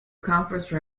conference